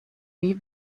wie